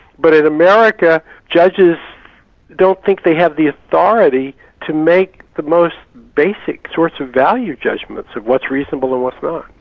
but in america, judges don't think they have the authority to make the most basic sorts of value judgments of what's reasonable and what's but